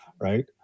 right